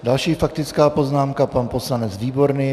Další faktická poznámka pan poslanec Výborný.